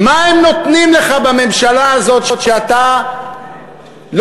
מה הם נותנים לך בממשלה הזאת שאתה לא